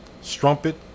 strumpet